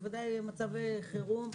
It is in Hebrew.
בוודאי במצבי חירום,